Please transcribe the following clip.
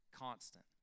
Constant